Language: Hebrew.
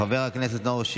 חבר הכנסת חמד עמאר,